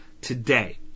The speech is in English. today